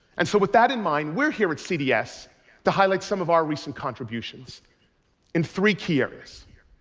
and so with that in mind, we're here at cds to highlight some of our recent contributions in three key areas.